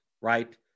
right